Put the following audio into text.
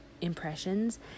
impressions